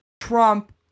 Trump